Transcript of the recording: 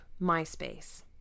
MySpace